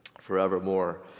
forevermore